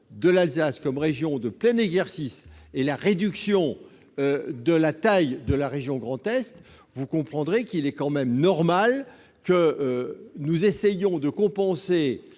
de l'Alsace comme région de plein exercice et la réduction de la taille de la région Grand Est. Vous comprendrez donc que nous essayions de compenser